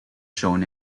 shown